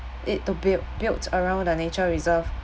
it to buil~ build around the nature reserve